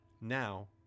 Now